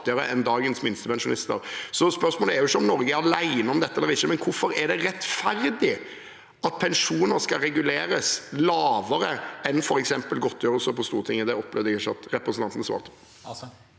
enn dagens minstepensjonister. Spørsmålet er ikke om Norge er alene om dette, men hvorfor det er rettferdig at pensjoner skal reguleres lavere enn f.eks. godtgjørelser på Stortinget. Det opplevde jeg ikke at representanten svarte på.